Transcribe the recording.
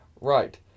Right